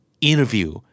interview